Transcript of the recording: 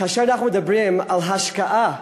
כאשר אנחנו מדברים על השקעה,